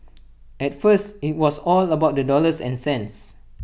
at first IT was all about the dollars and cents